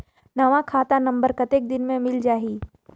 नवा खाता नंबर कतेक दिन मे मिल जाही?